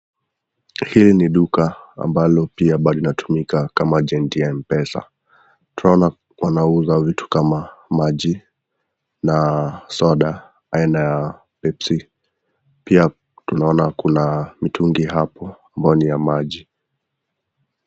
Hii ni duka ambalo pia bado inatumika kama (cs) agent(cs)ya mpesa. Tunaona wanauza vitu kama maji na soda aina ya Pepsi. Pia tunaona Kuna mitungi hapo ambayo ni ya maji.